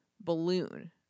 balloon